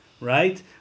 right